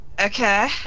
okay